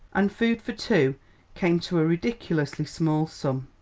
and food for two came to a ridiculously small sum.